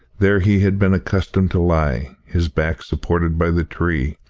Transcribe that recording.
there he had been accustomed to lie, his back supported by the tree,